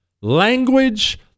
Language